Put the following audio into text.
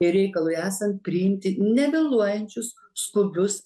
ir reikalui esant priimti nevėluojančius skubius